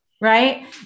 Right